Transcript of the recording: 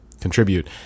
contribute